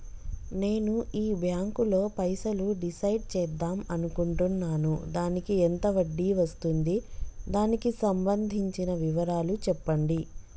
నేను ఈ బ్యాంకులో పైసలు డిసైడ్ చేద్దాం అనుకుంటున్నాను దానికి ఎంత వడ్డీ వస్తుంది దానికి సంబంధించిన వివరాలు చెప్పండి?